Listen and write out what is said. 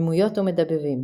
דמויות ומדבבים